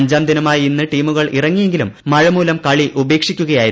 അഞ്ചാം ദിനമായ ഇന്ന് ടീമുകൾ ഇറങ്ങിയെങ്കിലും മഴമുലം കളി ഉപേക്ഷിക്കുകയായിരുന്നു